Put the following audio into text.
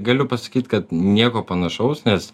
galiu pasakyt kad nieko panašaus nes